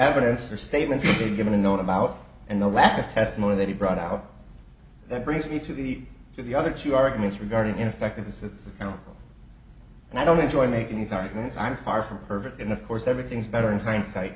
evidence or statements to give a note about and the lack of testimony that he brought out that brings me to the to the other two arguments regarding ineffective this is now and i don't enjoy making these arguments i'm far from perfect and of course everything's better in hindsight